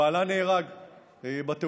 ובעלה נהרג בתאונה.